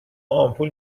آمپول